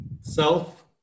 Self